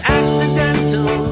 accidental